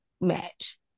match